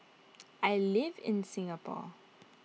I live in Singapore